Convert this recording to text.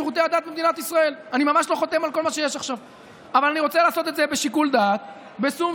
משום שאני רוצה קודם כול לפנות אליו בסוגיות